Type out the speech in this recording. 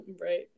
Right